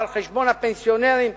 על חשבון פנסיונרים,